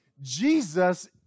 Jesus